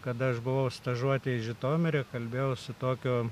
kad aš buvau stažuotėj kalbėjau su tokio